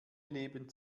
leben